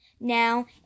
Now